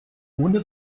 ohne